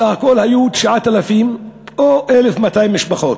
סך הכול היו 9,000 איש או 1,200 משפחות.